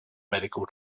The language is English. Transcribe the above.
medical